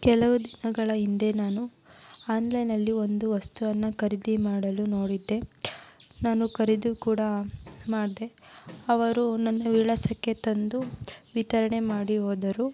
ಕೆಲವು ದಿನಗಳ ಹಿಂದೆ ನಾನು ಆನ್ಲೈನಲ್ಲಿ ಒಂದು ವಸ್ತುವನ್ನು ಖರೀದಿ ಮಾಡಲು ನೋಡಿದ್ದೆ ನಾನು ಖರೀದಿ ಕೂಡ ಮಾಡಿದೆ ಅವರು ನನ್ನ ವಿಳಾಸಕ್ಕೆ ತಂದು ವಿತರಣೆ ಮಾಡಿ ಹೋದರು